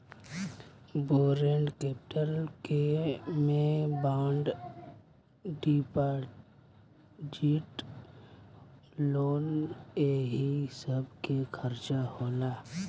borrowed capital के में bond deposit loan एही सब के चर्चा होला